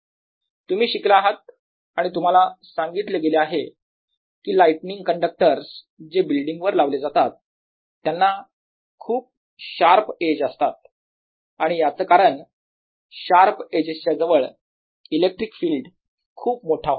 तुम्ही शिकला आहात आणि तुम्हाला सांगितले गेले आहे की लाईटनिंग कण्डक्टरस जे बिल्डिंग वर लावले जातात त्यांना खूप शार्प एज असतो आणि याचं कारण शार्प एजेसच्या जवळ इलेक्ट्रिक फील्ड खूप मोठा होतो